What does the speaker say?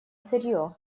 сырье